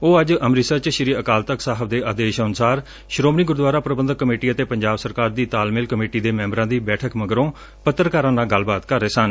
ਉਹ ਅੱਜ ਅੰਮ੍ਤਿਸਰ ਚ ਸ੍ਰੀ ਅਕਾਲ ਤਖ਼ਤ ਸਾਹਿਬ ਦੇ ਆਦੇਸ਼ ਅਨੁਸਾਰ ਸ੍ਰੋਮਣੀ ਗੁਰਦੁਆਰਾ ਪ੍ਰਬੰਧਕ ਕਮੇਟੀ ਅਤੇ ਪੰਜਾਬ ਸਰਕਾਰ ਦੀ ਤਾਲਮੇਲ ਕਮੇਟੀ ਦੇ ਮੈਂਬਰਾਂ ਦੀ ਬੈਠਕ ਮਗਰੋਂ ਪੱਤਰਕਾਰਾਂ ਨਾਲ ਗੱਲਬਾਤ ਕਰ ਰਹੇ ਸਨ